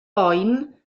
boen